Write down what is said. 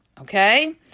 Okay